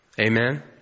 Amen